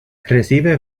recibe